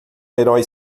herói